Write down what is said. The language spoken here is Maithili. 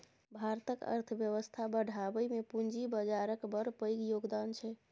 भारतक अर्थबेबस्था बढ़ाबइ मे पूंजी बजारक बड़ पैघ योगदान छै